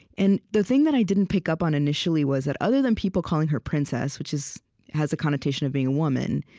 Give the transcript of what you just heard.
and the thing that i didn't pick up on initially was that other than people calling her princess, which has a connotation of being a woman,